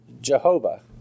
Jehovah